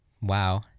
Wow